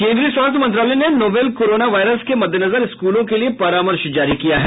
केन्द्रीय स्वास्थ्य मंत्रालय ने नोवेल कोरोना वायरस के मद्देनजर स्कूलों के लिए परामर्श जारी किया है